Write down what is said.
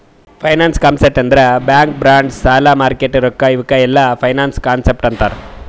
finance concept ಅಂದುರ್ bank bonds ಸಾಲ market ರೊಕ್ಕಾ ಇವುಕ್ ಎಲ್ಲಾ ಫೈನಾನ್ಸ್ ಕಾನ್ಸೆಪ್ಟ್ ಅಂತಾರ್